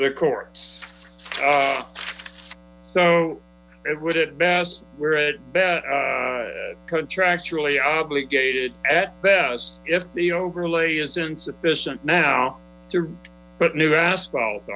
the court's so it would at best we're at bat contractually obligated at best if the overlay is insufficient now but new asphalt